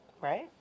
Right